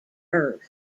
earth